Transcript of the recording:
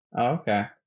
Okay